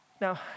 Now